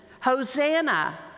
Hosanna